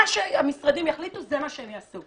מה שהמשרדים יחליטו, זה מה שהם יעשו.